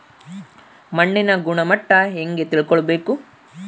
ಮಣ್ಣಿನ ಗುಣಮಟ್ಟ ಹೆಂಗೆ ತಿಳ್ಕೊಬೇಕು?